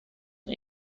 این